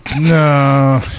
no